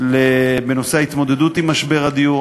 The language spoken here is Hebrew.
בנושא ההתמודדות עם משבר הדיור.